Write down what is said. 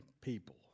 people